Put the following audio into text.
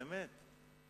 באמת.